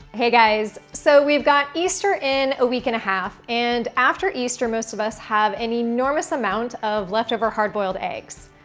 hey guys. so, we've got easter in a week and a half. and after easter, most of us have an enormous amount of leftover hard-boiled eggs.